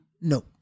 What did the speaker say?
No